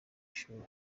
ishuri